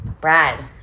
Brad